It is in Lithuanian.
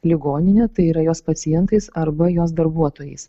ligonine tai yra jos pacientais arba jos darbuotojais